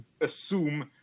assume